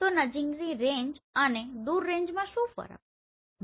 તો નજીકની રેન્જ અને દૂર રેંજમાં શું ફરક છે